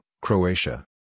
Croatia